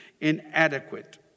inadequate